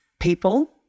people